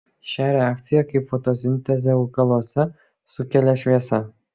šią reakciją kaip ir fotosintezę augaluose sukelia šviesa